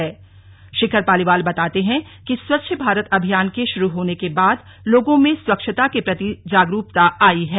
िं ाखर पालिवाल बताते हैं कि स्वच्छ भारत अभियान के शुरू होने के बाद लोगों में स्वच्छता के प्रति जागरूकता आई है